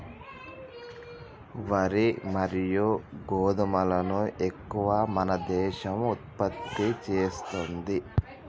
వరి మరియు గోధుమలను ఎక్కువ మన దేశం ఉత్పత్తి చేస్తాంది